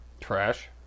Trash